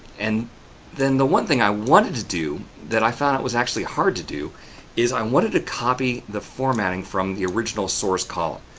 and then, the one thing i wanted to do that i found it was actually hard to do is i wanted to copy the formatting from the original source column.